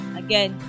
again